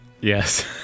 yes